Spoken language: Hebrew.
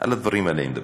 על הדברים האלה אני מדבר.